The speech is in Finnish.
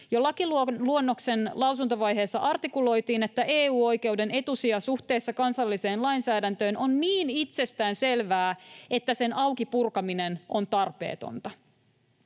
Jo lakiluonnoksen lausuntovaiheessa artikuloitiin, että EU-oikeuden etusija suhteessa kansalliseen lainsäädäntöön on niin itsestäänselvää, että sen auki purkaminen on tarpeetonta.